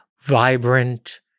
vibrant